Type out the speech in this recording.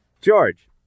George